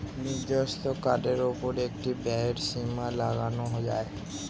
নিজস্ব কার্ডের উপর একটি ব্যয়ের সীমা লাগানো যায়